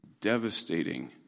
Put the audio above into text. devastating